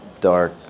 dark